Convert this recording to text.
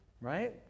right